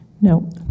No